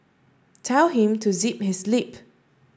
tell him to zip his lip